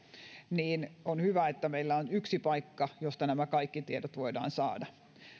on hyvä että meillä on yksi paikka josta nämä kaikki tiedot voidaan saada